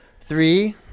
Three